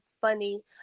funny